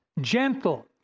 gentle